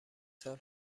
سال